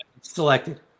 selected